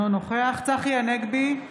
נוכח צחי הנגבי,